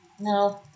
No